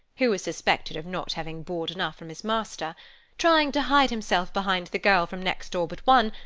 who was suspected of not having board enough from his master trying to hide himself behind the girl from next door but one,